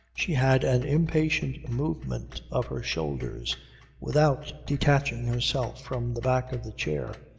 she had an impatient movement of her shoulders without detaching herself from the back of the chair.